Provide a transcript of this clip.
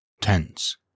tense